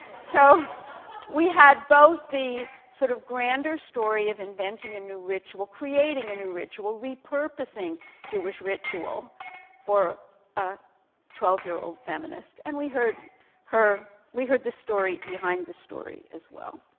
so we had both the, sort of grander story of inventing a new ritual, creaing a new ritual, re-purposing jewish ritual for a twelve-year-old feminist, and we heard her we heard the story behind the story, as well.